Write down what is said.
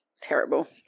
Terrible